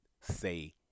say